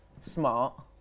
smart